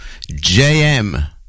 JM